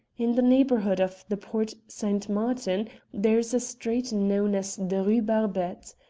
in the neighbourhood of the porte st. martin there is a street known as the rue barbette.